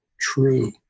true